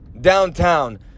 downtown